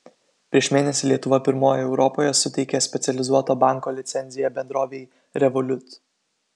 prieš mėnesį lietuva pirmoji europoje suteikė specializuoto banko licenciją bendrovei revolut